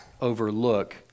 overlook